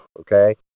okay